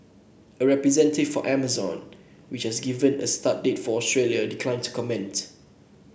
a representative for Amazon which has never given a start date for Australia declined to comment